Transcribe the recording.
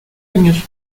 años